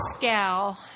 gal